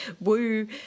Woo